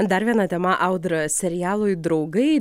dar viena tema audra serialui draugai